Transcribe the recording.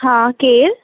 हा केरु